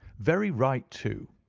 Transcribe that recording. very right too.